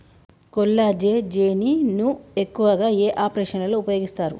కొల్లాజెజేని ను ఎక్కువగా ఏ ఆపరేషన్లలో ఉపయోగిస్తారు?